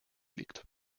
liegt